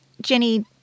Jenny